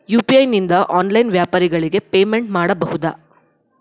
UPI ನಿಂದ online ವ್ಯಾಪಾರಗಳಿಗೆ payment ಮಾಡಬಹುದಾ?